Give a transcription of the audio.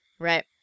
Right